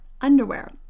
underwear